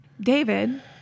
David